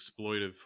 exploitive